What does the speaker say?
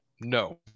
no